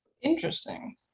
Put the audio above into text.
Interesting